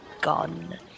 gone